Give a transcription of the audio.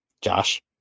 Josh